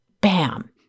Bam